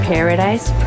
Paradise